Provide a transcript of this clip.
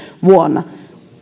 vuonna